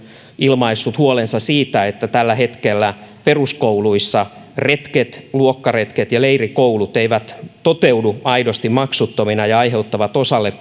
ilmaissut huolensa siitä että tällä hetkellä peruskouluissa retket luokkaretket ja leirikoulut eivät toteudu aidosti maksuttomina ja aiheuttavat osalle